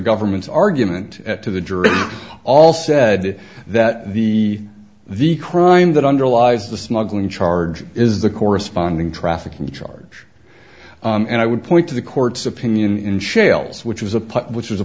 government's argument to the jury all said that the the crime that underlies the smuggling charge is the corresponding trafficking charge and i would point to the court's opinion in shales which was a place which was a